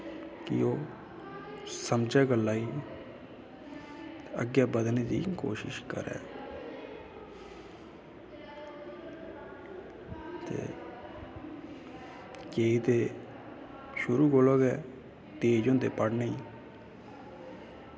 कि ओह् समझै गल्ला गी अग्गैं बदने दी कोशिश करै ते केंई ते शुरु कोला गै तेज़ होंदे पढ़ने गी